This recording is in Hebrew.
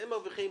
הם "מרוויחים"